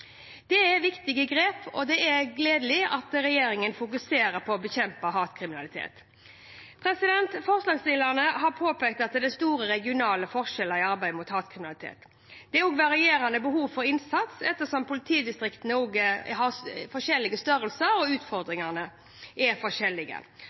Det er viktige grep, og det er gledelig at regjeringen fokuserer på å bekjempe hatkriminalitet. Forslagsstillerne har påpekt at det er store regionale forskjeller i arbeidet mot hatkriminalitet. Det er også varierende behov for innsats ettersom politidistriktene har forskjellig størrelse og utfordringene er forskjellige, men uavhengig av politidistriktets størrelse og